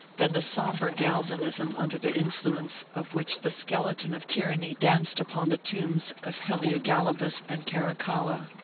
than the somber galvanism under the influence of which the skeleton of tyranny danced upon the tombs of heliogabalus and caracalla!